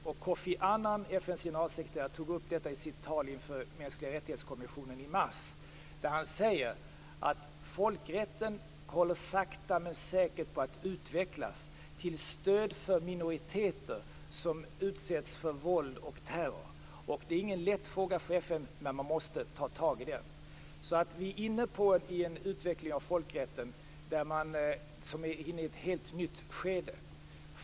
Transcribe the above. Kofi Annan, FN:s generalsekreterare, tog upp detta i sitt tal inför Kommissionen för mänskliga rättigheter. Han säger där att folkrätten håller sakta men säkert på att utvecklas till stöd för minoriteter som utsätts för våld och terror. Det är ingen lätt fråga för FN men man måste ta tag i den. Vi är alltså inne i en utveckling av folkrätten som är ett helt nytt skede.